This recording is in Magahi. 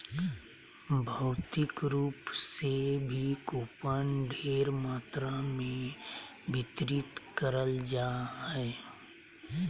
भौतिक रूप से भी कूपन ढेर मात्रा मे वितरित करल जा हय